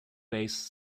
based